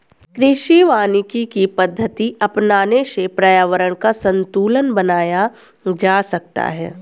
कृषि वानिकी की पद्धति अपनाने से पर्यावरण का संतूलन बनाया जा सकता है